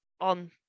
on